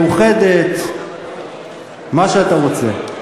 משותפת או מאוחדת, מה שאתה רוצה.